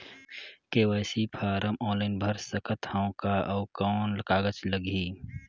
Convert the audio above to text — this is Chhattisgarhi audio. के.वाई.सी फारम ऑनलाइन भर सकत हवं का? अउ कौन कागज लगही?